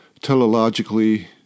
teleologically